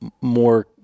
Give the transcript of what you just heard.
more